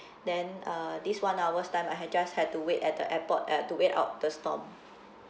then uh this one hour's time I had just had to wait at the airport uh to wait out the storm